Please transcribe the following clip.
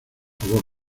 favor